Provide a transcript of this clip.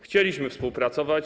Chcieliśmy współpracować.